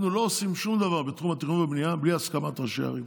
אנחנו לא עושים שום דבר בתחום התכנון והבנייה בלי הסכמת ראשי ערים,